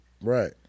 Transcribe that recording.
Right